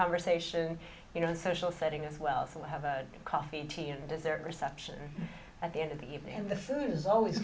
conversation you know in social setting as well so have a coffee tea and dessert reception at the end of the evening and the food is always